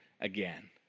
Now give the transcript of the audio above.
again